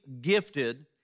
gifted